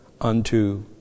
unto